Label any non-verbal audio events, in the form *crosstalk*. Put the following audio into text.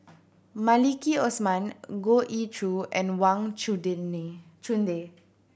Maliki Osman Goh Ee Choo and Wang *unintelligible* Chunde